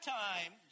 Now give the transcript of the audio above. time